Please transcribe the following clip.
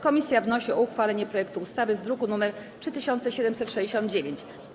Komisja wnosi o uchwalenie projektu ustawy z druku nr 3769.